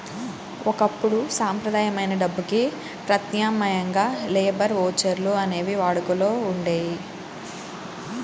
ఒకప్పుడు సంప్రదాయమైన డబ్బుకి ప్రత్యామ్నాయంగా లేబర్ ఓచర్లు అనేవి వాడుకలో ఉండేయి